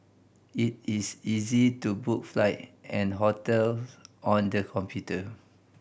it is easy to book flight and hotel on the computer